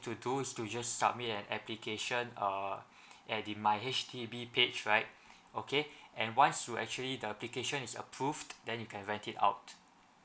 to do is just to submit an application err at the my H_D_B page right okay and once you actually the application is approved then you can rent it out